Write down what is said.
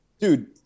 Dude